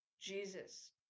Jesus